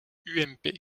ump